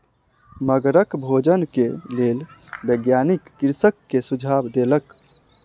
मगरक भोजन के लेल वैज्ञानिक कृषक के सुझाव देलक